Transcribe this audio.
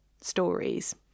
stories